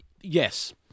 Yes